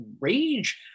rage